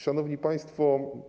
Szanowni Państwo!